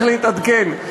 צריך להתעדכן.